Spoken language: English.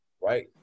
right